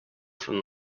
from